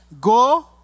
go